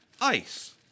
ice